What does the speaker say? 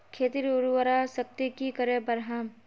खेतीर उर्वरा शक्ति की करे बढ़ाम?